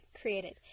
created